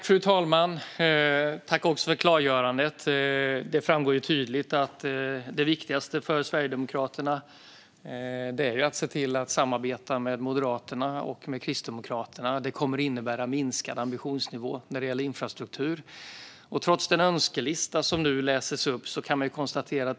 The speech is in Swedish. Fru talman! Jag tackar för klargörandet. Det framgår tydligt att det viktigaste för Sverigedemokraterna är att se till att samarbeta med Moderaterna och Kristdemokraterna. Det kommer att innebära sänkt ambitionsnivå när det gäller infrastruktur. Det lästes upp en önskelista.